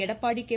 Edappadi K